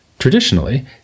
Traditionally